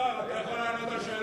השר, אתה יכול לענות על שאלה?